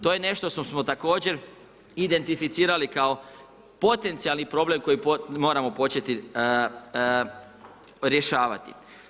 To je nešto što smo također identificirali kao potencijalni problem koji moramo početi rješavati.